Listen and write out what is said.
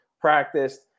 practiced